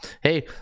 hey